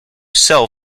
sell